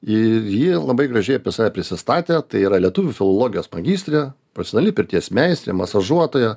ir ji labai gražiai apie save prisistatė tai yra lietuvių filologijos magistrė profesionali pirties meistrė masažuotoja